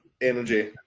energy